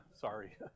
Sorry